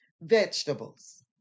Vegetables